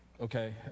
Okay